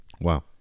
Wow